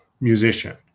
musician